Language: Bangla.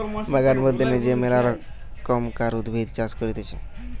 বাগান বা উদ্যানে যে মেলা রকমকার উদ্ভিদের চাষ করতিছে